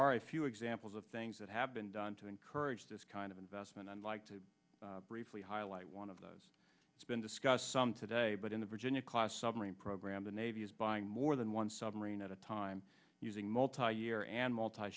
very few examples of things that have been done to encourage this kind of investment i'd like to briefly highlight one of those it's been discussed some today but in the virginia class submarine program the navy is buying more than one submarine at a time using multi year and mal